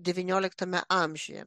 devynioliktame amžiuje